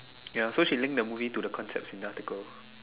ya so she link to the movie to the concepts in the article